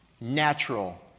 Natural